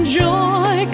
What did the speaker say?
joy